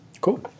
Cool